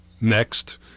next